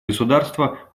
государства